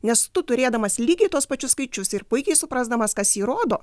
nes tu turėdamas lygiai tuos pačius skaičius ir puikiai suprasdamas kas jį rodo